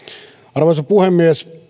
arvoisa puhemies